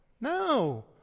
No